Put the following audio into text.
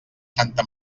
santa